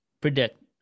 predict